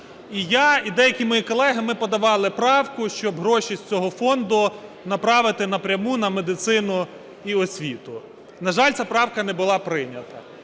І я, і деякі мої колеги, ми подавали правку, щоб гроші з цього фонду направити напряму на медицину і освіту, на жаль, ця правка не була прийнята.